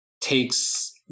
takes